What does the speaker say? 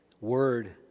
Word